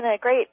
great